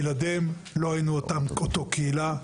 בלעדיהם לא היינו אותה קהילה,